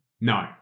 No